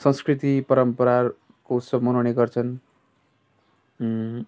संस्कृति परम्पराको उत्सव मनाउने गर्छन्